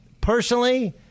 personally